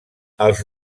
els